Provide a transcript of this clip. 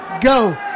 go